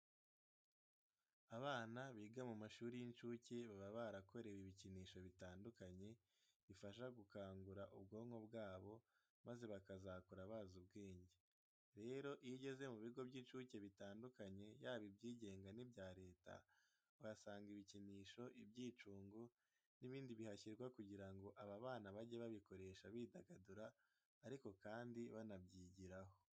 Abana biga mu mashuri y'incuke baba barakorewe ibikinisho bitandukanye bifasha gukangura ubwonko bwabo maze bakazakura bazi ubwenge. Rero iyo ugeze mu bigo by'incuke bitandukanye yaba ibyigenga n'ibya leta uhasanga ibikinisho, ibyicungo n'ibindi bihashyirwa kugira ngo aba bana bajye babikoresha bidagadura ariko kandi banabyigiraho.